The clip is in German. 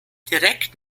direkt